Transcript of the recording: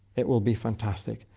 it will be fantastic.